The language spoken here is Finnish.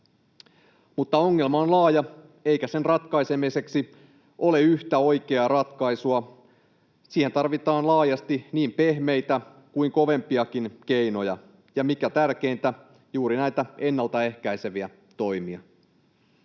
Mutta ongelma on laaja, eikä sen ratkaisemiseksi ole yhtä oikeaa ratkaisua. Siihen tarvitaan laajasti niin pehmeitä kuin kovempiakin keinoja ja — mikä tärkeintä — juuri näitä ennaltaehkäiseviä toimia.